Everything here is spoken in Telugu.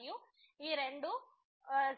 మరియు ఈ రెండు